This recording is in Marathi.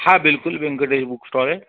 हा बिल्कुल वेंकटेश बुक स्टॉर आहे